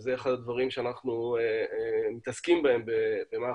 זה אחד הדברים שאנחנו מתעסקים בהם במחב"א,